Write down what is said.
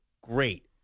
great